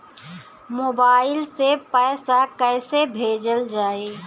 Mobile से पैसा कैसे भेजल जाइ?